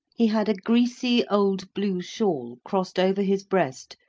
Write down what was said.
he had a greasy old blue shawl crossed over his breast,